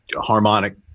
harmonic